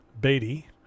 Beatty